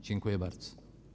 Dziękuję bardzo.